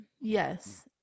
Yes